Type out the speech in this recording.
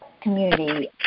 community